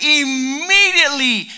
immediately